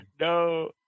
no